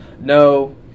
No